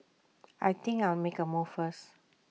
I think I'll make A move first